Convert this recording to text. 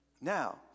Now